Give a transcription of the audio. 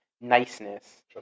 niceness